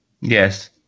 yes